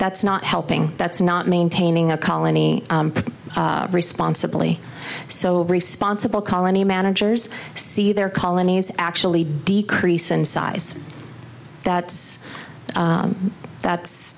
that's not helping that's not maintaining a colony responsibly so a responsible colony managers see their colonies actually decrease in size that's that's